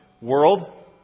world